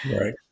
Right